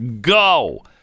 Go